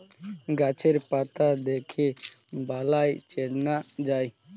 গাছের পাতা দেখে বালাই চেনা যায়